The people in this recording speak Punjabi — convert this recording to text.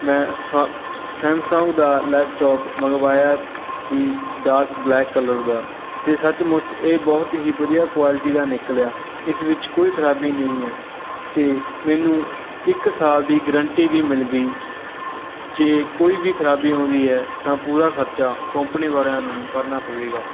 ਮੈਂ ਸਮ ਸੈਮਸੰਗ ਦਾ ਲੈਪਟੋਪ ਮੰਗਵਾਇਆ ਸੀ ਡਾਰਕ ਬਲੈਕ ਕਲਰ ਦਾ ਅਤੇ ਸੱਚਮੁੱਚ ਇਹ ਬਹੁਤ ਹੀ ਵਧੀਆ ਕੁਆਲਿਟੀ ਦਾ ਨਿਕਲਿਆ ਇਸ ਵਿੱਚ ਕੋਈ ਖਰਾਬੀ ਨਹੀਂ ਹੈ ਅਤੇ ਮੈਨੂੰ ਇੱਕ ਸਾਲ ਦੀ ਗਰੰਟੀ ਵੀ ਮਿਲ ਗਈ ਜੇ ਕੋਈ ਵੀ ਖਰਾਬੀ ਆਉਂਦੀ ਹੈ ਤਾਂ ਪੂਰਾ ਖਰਚਾ ਕੋਂਪਨੀ ਵਾਲਿਆਂ ਨੂੰ ਕਰਨਾ ਪਵੇਗਾ